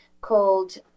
called